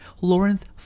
Lawrence